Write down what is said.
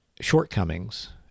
shortcomings